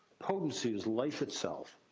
potency is life, itself.